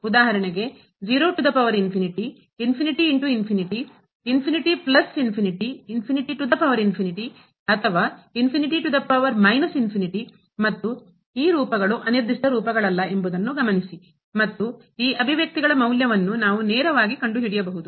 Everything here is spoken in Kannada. ಉದಾಹರಣೆಗೆ ಅಥವಾ ಮತ್ತು ಈ ರೂಪಗಳು ಅನಿರ್ದಿಷ್ಟ ರೂಪಗಳಲ್ಲ ಎಂಬುದನ್ನು ಗಮನಿಸಿ ಮತ್ತು ಈ ಅಭಿವ್ಯಕ್ತಿಗಳ ಮೌಲ್ಯವನ್ನು ನಾವು ನೇರವಾಗಿ ಕಂಡುಹಿಡಿಯಬಹುದು